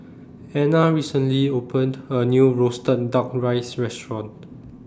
Ena recently opened A New Roasted Duck Rice Restaurant